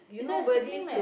you don't have sibling leh